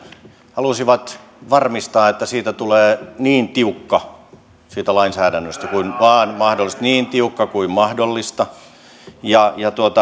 halusivat varmistaa että siitä lainsäädännöstä tulee niin tiukka kuin vain mahdollista niin tiukka kuin mahdollista ja